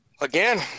Again